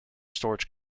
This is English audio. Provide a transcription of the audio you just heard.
storage